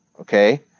Okay